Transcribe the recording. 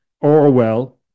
Orwell